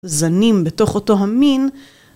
זנים בתוך אותו המין.